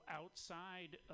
outside